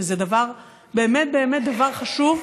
שזה דבר באמת באמת חשוב.